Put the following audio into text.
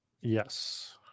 Yes